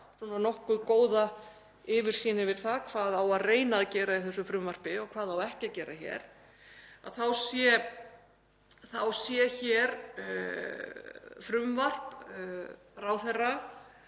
nokkuð góða yfirsýn yfir það hvað á að reyna að gera í þessu frumvarpi og hvað á ekki að gera — að frumvarp hæstv.